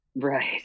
Right